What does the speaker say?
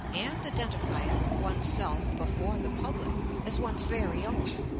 and identify it with one's self before the public as one's very own.